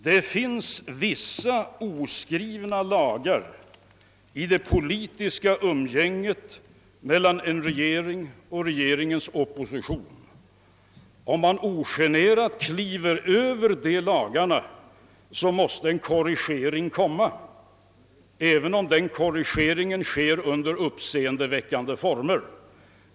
Det finns vissa oskrivna lagar i det politiska umgänget mellan en regering och regeringens opposition. Om man ogenerat kliver över dessa lagar, måste en korrigering komma, även om denna sker under uppseendeväckande former.